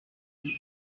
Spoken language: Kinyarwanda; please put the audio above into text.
kurya